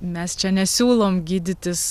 mes čia nesiūlom gydytis